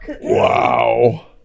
Wow